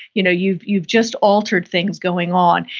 you know you've you've just altered things going on.